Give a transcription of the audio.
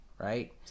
Right